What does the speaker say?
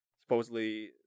supposedly